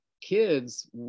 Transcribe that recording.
kids